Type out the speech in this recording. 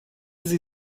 sie